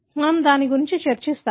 మనము దాని గురించి చర్చిస్తాము